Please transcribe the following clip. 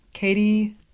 Katie